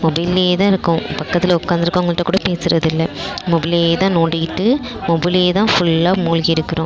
மொபைலிலே தான் இருக்கோம் பக்கத்தில் உட்காந்துருக்கவங்கள்ட்ட கூட பேசுவதில்ல மொபைலிலே தான் நோண்டிகிட்டு மொபைலிலே தான் ஃபுல்லா மூழ்கி இருக்கிறோம்